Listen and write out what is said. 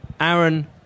Aaron